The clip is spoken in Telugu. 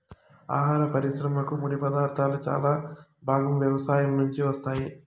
ఆహార పరిశ్రమకు ముడిపదార్థాలు చాలా భాగం వ్యవసాయం నుంచే వస్తాయి